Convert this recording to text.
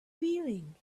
feeling